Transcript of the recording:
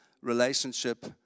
relationship